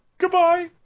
Goodbye